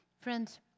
Friends